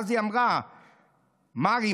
מארי,